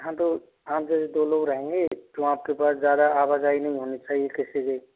हाँ तो हाँ दो लोग रहेंगे तो आपके पास ज़्यादा आवाजाई नहीं होनी चाहिए किसी की